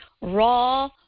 raw